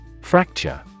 Fracture